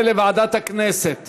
ורדיו כזה ורדיו